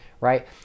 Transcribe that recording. right